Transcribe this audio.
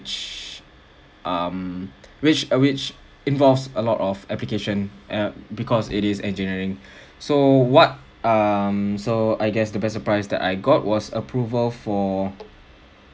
which um which uh which involves a lot of application app because it is engineering so what um so I guess the best surprise that I got was approval for